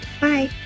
Bye